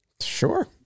sure